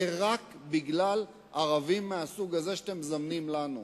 זה רק בגלל ערבים מהסוג הזה שאתם מזמנים לנו.